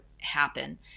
happen